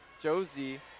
Josie